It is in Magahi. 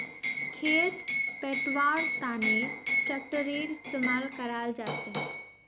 खेत पैटव्वार तनों ट्रेक्टरेर इस्तेमाल कराल जाछेक